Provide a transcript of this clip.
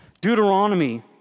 Deuteronomy